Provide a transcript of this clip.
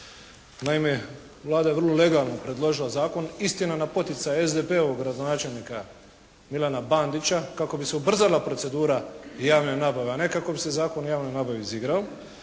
Naime, Vlada je vrlo legalno predložila zakon, istina na poticaj SDP-ovog gradonačelnika Milana Bandića kako bi se ubrzala procedura javne nabave, a ne kako bi se Zakon o javnoj nabavi izigrao.